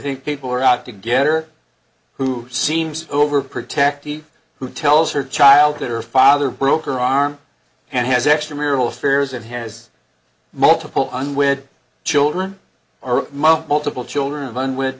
think people are out to get or who seems over protective who tells her child that her father broke her arm and has extramarital affairs and has multiple unwed children or most multiple children